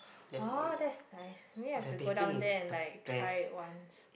orh that's nice maybe I have to go down there and like try it once